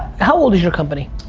how old is your company?